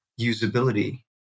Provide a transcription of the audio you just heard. usability